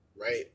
right